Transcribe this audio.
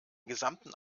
gesamten